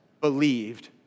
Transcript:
believed